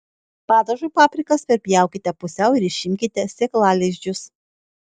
padažui paprikas perpjaukite pusiau ir išimkite sėklalizdžius